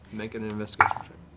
make an investigation